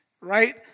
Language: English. Right